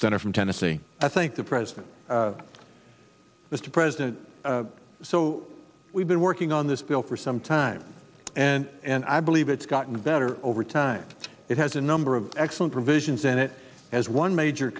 senator from tennessee i think the president mr president so we've been working on this bill for some time and i believe it's gotten better over time it has a number of excellent provisions in it as one major